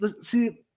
see